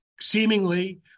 seemingly